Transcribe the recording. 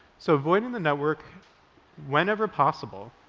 so avoiding the network whenever possible.